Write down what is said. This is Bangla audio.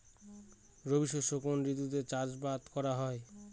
রবি শস্য কোন ঋতুতে চাষাবাদ করা হয়?